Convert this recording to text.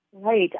Right